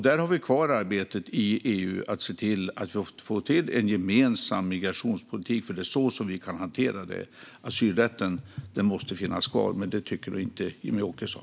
Där har vi kvar arbetet i EU med att få till en gemensam migrationspolitik, för det är så vi kan hantera det. Asylrätten måste finnas kvar, men det tycker inte Jimmie Åkesson.